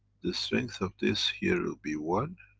the strength of this here, will be one